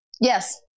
Yes